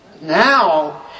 now